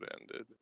ended